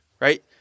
right